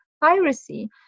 piracy